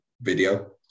video